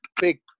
Big